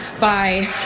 Bye